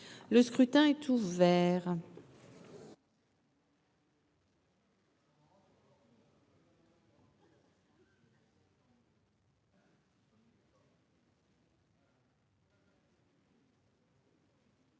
Le scrutin est ouvert.